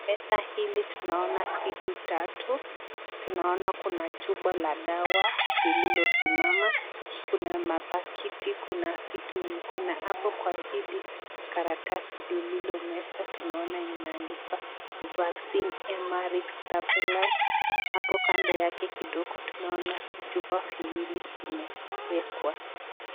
Kwa meza hili tunaona vitu tatu, tunaona kuna chupa la dawa lililosimama, kuna mapakiti, kuna vitu, kuna hapo kwa hili karatasi lililo kwa meza tunaona imeandikwa vaccin amaril stabiliser ,hapo kando yake kidogo tunaona vichupa viwili zimewekwa.